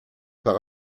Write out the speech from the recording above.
par